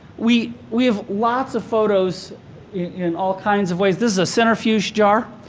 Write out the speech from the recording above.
we we have lots of photos in all kinds of ways. this is a centrifuge jar.